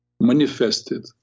manifested